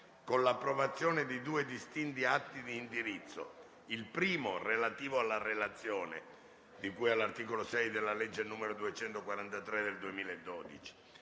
con l'approvazione di due distinti atti di indirizzo: il primo, relativo alla Relazione di cui all'articolo 6, comma 5, della legge n. 243 del 2012,